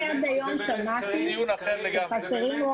אני עד היום שמעתי שחסרים רופאים.